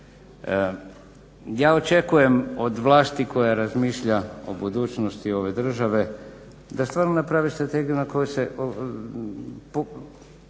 Ja očekujem od vlasti koja razmišlja o budućnosti ove države da stvarno napravi strategiju koju će